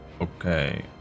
okay